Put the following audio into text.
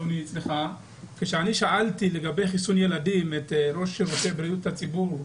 אני שאלתי לגבי חיסון ילדים את ראש שירותי בריאות הציבור,